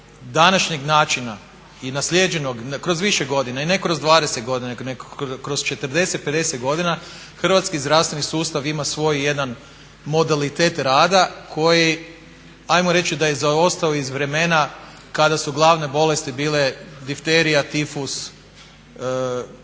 današnjeg načina i naslijeđenog kroz više godina i ne kroz 20 godina, nego kroz 40, 50 godina hrvatski zdravstveni sustav ima svoj jedan modalitet rada koji hajmo reći da je zaostao iz vremena kada su glavne bolesti bile difterija, tifus, spolno